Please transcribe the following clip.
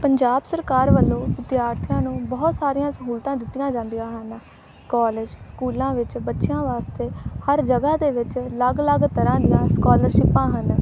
ਪੰਜਾਬ ਸਰਕਾਰ ਵੱਲੋਂ ਵਿਦਿਆਰਥੀਆਂ ਨੂੰ ਬਹੁਤ ਸਾਰੀਆਂ ਸਹੂਲਤਾਂ ਦਿੱਤੀਆਂ ਜਾਂਦੀਆਂ ਹਨ ਕੋਲਜ ਸਕੂਲਾਂ ਵਿੱਚ ਬੱਚਿਆਂ ਵਾਸਤੇ ਹਰ ਜਗ੍ਹਾ ਦੇ ਵਿੱਚ ਅਲੱਗ ਅਲੱਗ ਤਰ੍ਹਾਂ ਦੀਆਂ ਸਕੋਲਰਸ਼ਿਪਾਂ ਹਨ